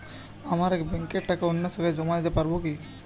আমার এক ব্যাঙ্কের টাকা অন্য শাখায় জমা দিতে পারব কি?